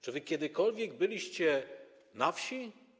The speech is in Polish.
Czy wy kiedykolwiek byliście na wsi?